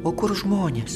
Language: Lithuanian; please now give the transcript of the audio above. o kur žmonės